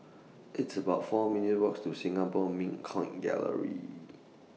It's about four minutes' Walk to Singapore Mint Coin Gallery